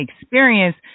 experience